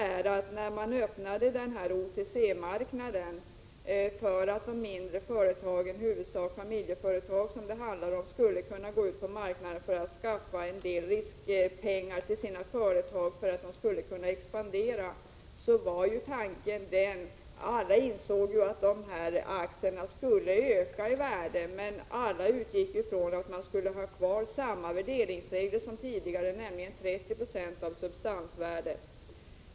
När OTC-marknaden öppnades för att de mindre företagen, i huvudsak familjeföretag, skulle kunna skaffa en del riskpengar så att de skulle kunna expandera, insåg alla att aktierna skulle öka i värde, men alla utgick ifrån att man skulle ha kvar samma värderingsregler som tidigare, nämligen 30 96 av substansvärdet.